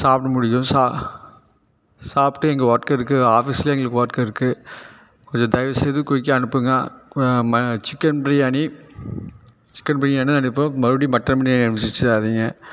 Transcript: சாப்பிட முடியும் சா சாப்பிட்டு இங்கே ஒர்க் இருக்குது ஆஃபீஸில் எங்களுக்கு ஒர்க் இருக்குது கொஞ்சம் தயவு செய்து குயிக்காக அனுப்புங்கள் ம சிக்கன் பிரியாணி சிக்கன் பிரியாணி தான் இப்போது மறுபடியும் மட்டன் பிரியாணியை அனுப்பிச்சி வச்சிடாதீங்க